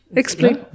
explain